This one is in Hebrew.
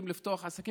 לפתוח עסקים?